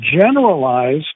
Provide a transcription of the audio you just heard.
generalize